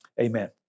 Amen